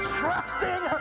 trusting